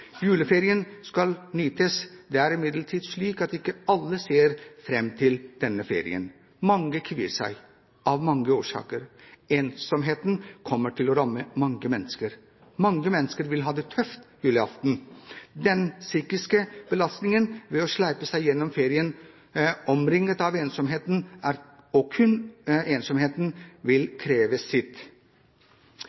Juleferien skal nytes. Det er imidlertid slik at ikke alle ser fram til denne ferien. Mange kvier seg, av mange årsaker. Ensomheten kommer til å ramme mange mennesker. Mange mennesker vil ha det tøft julaften. Den psykiske belastningen ved å slepe seg gjennom ferien omringet av ensomheten – og kun ensomheten – vil